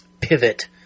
pivot